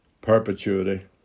perpetuity